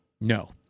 no